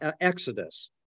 Exodus